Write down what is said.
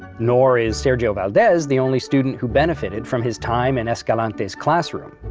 nor is sergio valdez the only student who benefitted from his time in escalante's classroom.